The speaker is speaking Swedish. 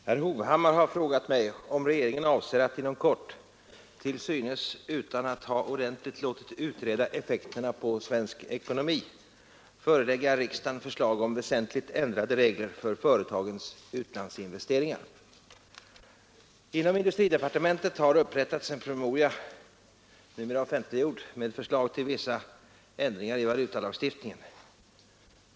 Herr talman! Herr Hovhammar har frågat mig om regeringen avser att inom kort — till synes utan att ha ordentligt låtit utreda effekterna på svensk ekonomi — förelägga riksdagen förslag om väsentligt ändrade regler för företagens utlandsinvesteringar. Inom industridepartementet har upprättats en promemoria — numera offentliggjord — med förslag till vissa ändringar i valutalagstiftningen.